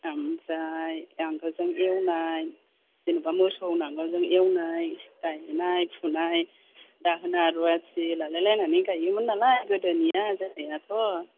ओमफ्राय नांगोलजों एवनाय जेनेबा मोसौ नांगोलजों एवनाय गायनाय फुनाय दाहोना रुवाथि लालाय लायनानै गाइयोमोन नालाय गोदोनिया जोंनियाथ'